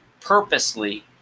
purposely